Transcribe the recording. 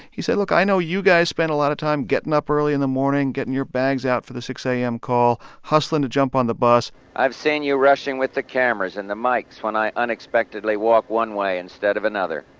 he said, look. i know you guys spent a lot of time getting up early in the morning, getting your bags out for the six a m. call, hustling to jump on the bus i've seen you rushing with the cameras and the mics when i unexpectedly walk one way instead of another.